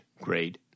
great